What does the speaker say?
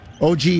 OG